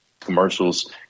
commercials